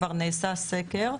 כבר נעשה הסקר,